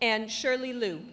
and surely lo